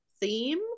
theme